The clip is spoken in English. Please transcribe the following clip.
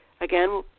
again